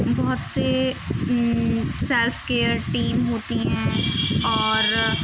بہت سے self care team ہوتی ہیں اور